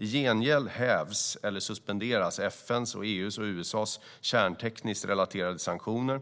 I gengäld hävs eller suspenderas FN:s, EU:s och USA:s kärntekniskt relaterade sanktioner